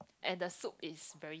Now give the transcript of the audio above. and the soup is very